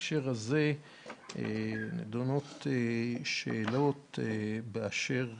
בהקשר הזה נדונות שאלות באשר